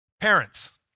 Parents